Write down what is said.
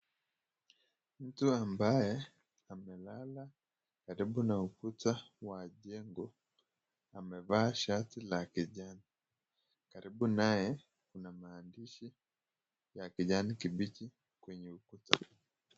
Mtu ambaye amelala karibu na ukuta wa jengo amevaa shati la kijani karibu naye kuna maandishi ya kijani kibichi kwenye ukuta.